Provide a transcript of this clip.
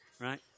Right